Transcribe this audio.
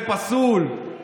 זה פסול.